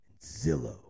Zillow